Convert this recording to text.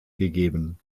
gegeben